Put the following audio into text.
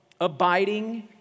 abiding